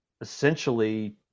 essentially